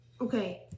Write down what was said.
Okay